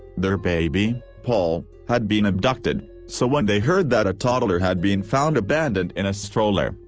their baby, paul, had been abducted, so when they heard that a toddler had been found abandoned in a stroller,